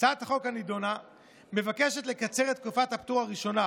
הצעת החוק הנדונה מבקשת לקצר את תקופת הפטור הראשונה